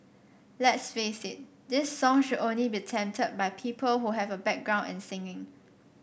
let's face it this song should only be attempted by people who have a background in singing